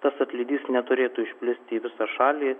tas atlydys neturėtų išplisti į visą šalį